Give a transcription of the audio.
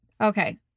Okay